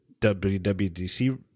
wwdc